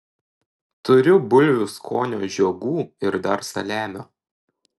turiu bulvių skonio žiogų ir dar saliamio